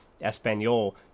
Espanol